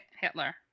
Hitler